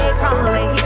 properly